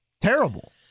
terrible